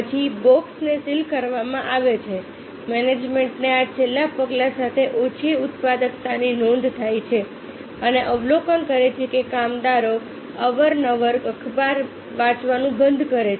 પછી બોક્સને સીલ કરવામાં આવે છે મેનેજમેન્ટને આ છેલ્લા પગલા સાથે ઓછી ઉત્પાદકતાની નોંધ થાય છે અને અવલોકન કરે છે કે કામદારો અવારનવાર અખબાર વાંચવાનું બંધ કરે છે